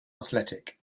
athletic